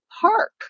Park